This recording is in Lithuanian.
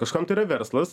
kažkam tai yra verslas